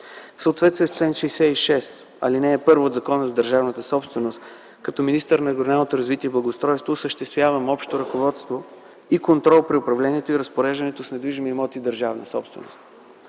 В съответствие с чл. 66, ал. 1 от Закона за държавната собственост, като министър на регионалното развитие и благоустройството осъществявам общо ръководство и контрол при управлението и разпореждането с недвижими имоти – държавна собственост.